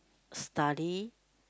study